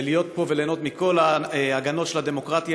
ולהיות פה וליהנות מכל ההגנות של הדמוקרטיה